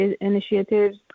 initiatives